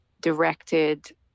directed